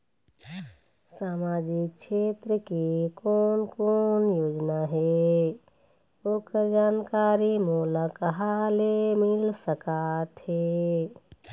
सामाजिक क्षेत्र के कोन कोन योजना हे ओकर जानकारी मोला कहा ले मिल सका थे?